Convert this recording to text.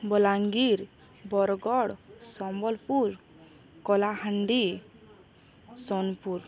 Balangir Bargarh Sambalpur Kalahandi Sonepur